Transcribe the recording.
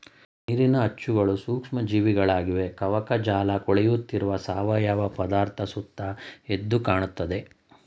ನೀರಿನ ಅಚ್ಚುಗಳು ಸೂಕ್ಷ್ಮ ಜೀವಿಗಳಾಗಿವೆ ಕವಕಜಾಲಕೊಳೆಯುತ್ತಿರುವ ಸಾವಯವ ಪದಾರ್ಥ ಸುತ್ತ ಎದ್ದುಕಾಣ್ತದೆ